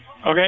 Okay